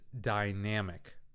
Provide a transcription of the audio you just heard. dynamic